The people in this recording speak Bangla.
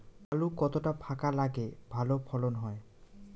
আলু কতটা ফাঁকা লাগে ভালো ফলন হয়?